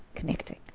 connecting.